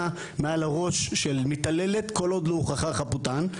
מעל הראש של מתעללת כל עוד לא הוכחה חפותה,